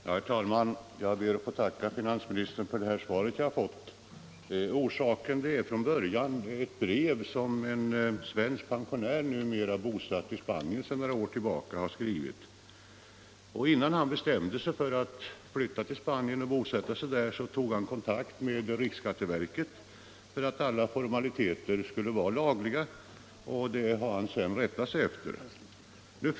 Herr talman! Jag ber att få tacka finansministern för det svar jag har fått. Orsaken till frågan är från början ett brev som en svensk pensionär, bosatt i Spanien sedan några år tillbaka, har skrivit. Innan han bestämde sig för att flytta till Spanien och bosätta sig där tog han kontakt med riksskatteverket för att allt skulle gå lagligt till väga. Det han då fick uppgift om har han sedan rättat sig efter.